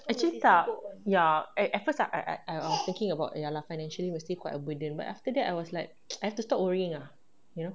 actually tak ya at at first I I I I was thinking about ya lah financially we are still quite a burden but after that I was like I have to stop worrying ah you know